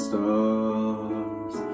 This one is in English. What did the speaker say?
Stars